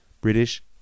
British